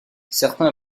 certains